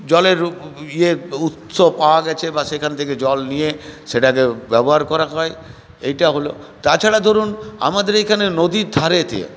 জলের ইয়ে উৎস পাওয়া গেছে বা সেখান থেকে জল নিয়ে সেটাকে ব্যবহার করা হয় এইটা হল তাছাড়া ধরুন আমাদের এখানে নদীর ধারে